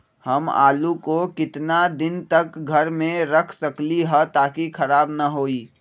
हम आलु को कितना दिन तक घर मे रख सकली ह ताकि खराब न होई?